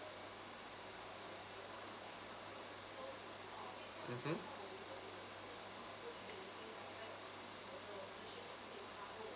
mmhmm